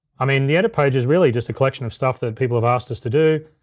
i mean, the edit page is really just a collection of stuff that people have asked us to do.